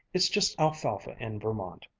it's just alfalfa in vermont!